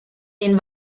den